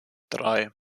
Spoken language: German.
drei